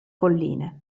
colline